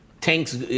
Tank's